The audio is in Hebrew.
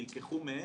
נלקחו מהם,